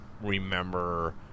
remember